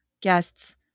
guests